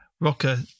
Rocker